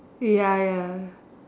ya ya